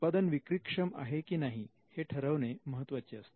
उत्पादन विक्री क्षम आहे की नाही हे ठरवणे महत्वाचे आहे